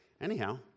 Anyhow